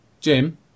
Jim